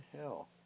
hell